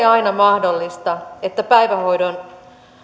aina mahdollista että